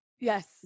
Yes